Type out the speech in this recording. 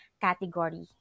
category